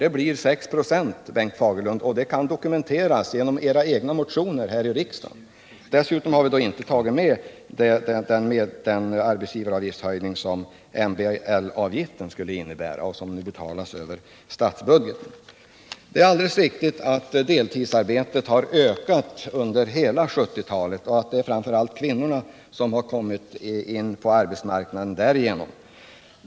Det blir 6 26, Bengt Fagerlund, och det kan dokumenteras genom era egna motioner här i riksdagen. Dessutom har jag inte tagit med den arbetsgivaravgiftshöjning som MBL-avgiften skulle innebära och som nu betalas över statsbudgeten. Det är alldeles riktigt att deltidsarbetet har ökat under hela 1970-talet och att framför allt kvinnorna kommit in på arbetsmarknaden därigenom.